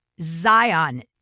Zion